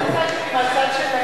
מהצד שלהם,